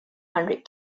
hundred